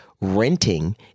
renting